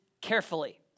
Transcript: carefully